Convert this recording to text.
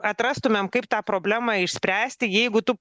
atrastumėm kaip tą problemą išspręsti jeigu tų